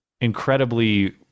incredibly